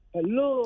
Hello